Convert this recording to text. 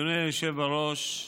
אדוני היושב בראש,